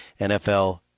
NFL